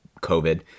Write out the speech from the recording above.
COVID